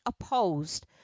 opposed